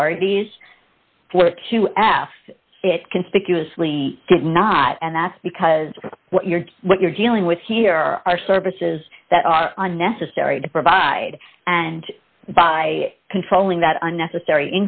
authorities for it to ask it conspicuously did not and that's because what you're what you're dealing with here are services that are unnecessary to provide and by controlling that unnecessary